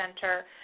center